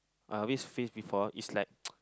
I always face before is like